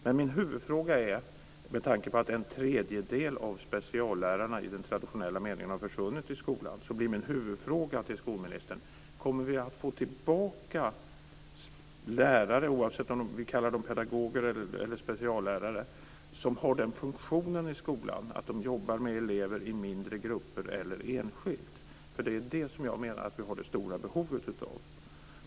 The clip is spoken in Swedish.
Men min huvudfråga är, med tanke på att en tredjedel av speciallärarna i den traditionella meningen har försvunnit i skolan: Kommer vi att få tillbaka lärare, oavsett om vi kallar dem pedagoger eller speciallärare, som har den funktionen i skolan att de jobbar med elever i mindre grupper eller enskilt? Det är det jag menar att vi har det stora behovet av.